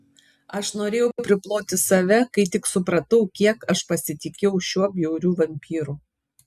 aš norėjau priploti save kai tik supratau kiek aš pasitikėjau šiuo bjauriu vampyru